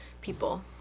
people